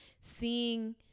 seeing